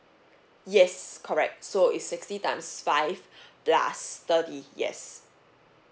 yes correct so is sixty times five plus thirty yes